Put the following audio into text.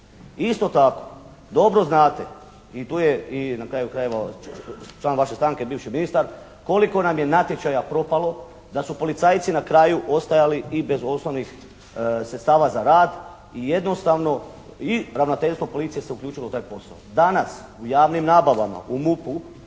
Isto tako dobro znate i tu je i na kraju krajeva član vaše stranke bivši ministar koliko nam je natječaja propalo da su policajci na kraju ostajali i bez osnovnih sredstava za rad i jednostavno i ravnateljstvo policije se uključilo u taj posao. Danas u javnim nabavama, u MUP-u